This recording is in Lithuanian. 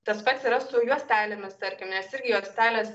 tas pats yra su juostelėmis tarkim nes irgi juostelės